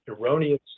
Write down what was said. erroneous